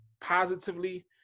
positively